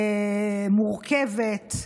מורכבת,